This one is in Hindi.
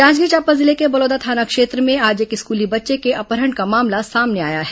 जांजगीर चांपा जिले के बलौदा थाना क्षेत्र में आज एक स्कूली बच्चे के अपहरण का मामला सामने आया है